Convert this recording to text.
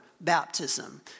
baptism